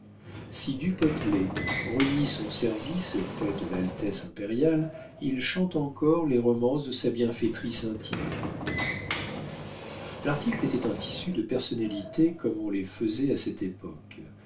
si du potelet renie son service auprès de l'altesse impériale il chante encore les romances de sa bienfaitrice intime l'article était un tissu de personnalités comme on les faisait à cette époque